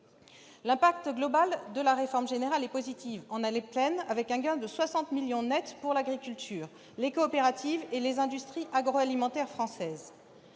L'impact global de la réforme générale est positif en année pleine, avec un gain de 60 millions d'euros nets pour l'agriculture, les coopératives et les industries agroalimentaires françaises.